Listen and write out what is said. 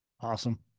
Awesome